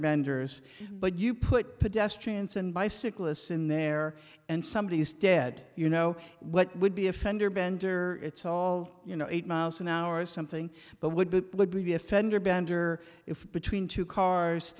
benders but you put pedestrians and bicyclists in there and somebody is dead you know what would be a fender bender it's all you know eight miles an hour or something but would be would be a fender bender if between two cars